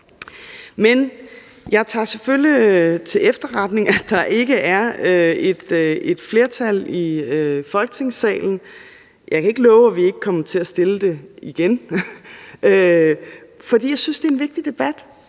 Men jeg tager selvfølgelig til efterretning, at der ikke er et flertal i Folketingssalen. Jeg kan ikke love, at vi ikke kommer til at fremsætte det igen, for jeg synes, at det er en vigtig debat,